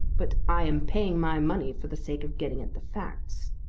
but i am paying my money for the sake of getting at the facts.